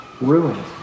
ruined